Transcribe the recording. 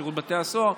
שירות בתי הסוהר,